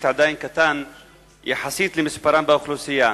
עדיין קטן יחסית למספרם באוכלוסייה.